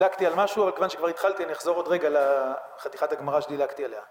דילגתי על משהו, אבל כיוון שכבר התחלתי נחזור עוד רגע לחתיכת הגמרא שדילגתי עליה